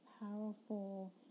powerful